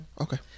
Okay